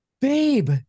babe